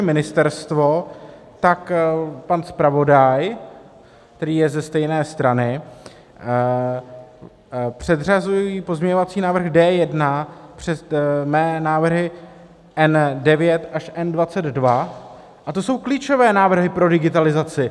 Jak vaše ministerstvo, tak pan zpravodaj, který je ze stejné strany, předřazují pozměňovací návrh D1 před mé návrhy N9 až N22 a to jsou klíčové návrhy pro digitalizaci.